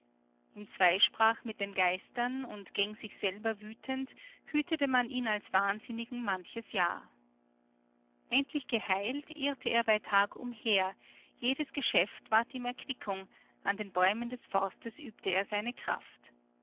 in zweisprach mit geistern und gen sich selber wütend hütete man ihn als wahnsinnigen manches jahr endlich geheilt irrte er bei tag umher jedes geschäft war ihm erquickung an den bäumen des forstes übte er seine kraft